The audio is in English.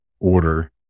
order